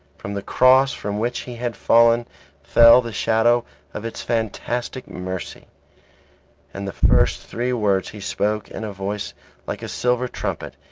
from the cross from which he had fallen fell the shadow of its fantastic mercy and the first three words he spoke in a voice like a silver trumpet,